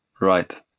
Right